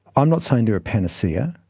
i'm not saying they are a panacea,